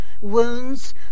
Wounds